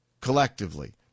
collectively